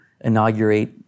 inaugurate